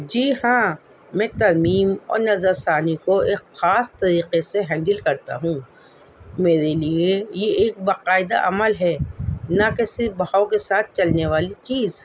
جی ہاں میں ترمیم اور نظر ثانی کو ایک خاص طریقے سے ہینڈل کرتا ہوں میرے لیے یہ ایک باقاعدہ عمل ہے نہ کہ صرف بہاؤ کے ساتھ چلنے والی چیز